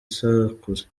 usakuza